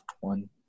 one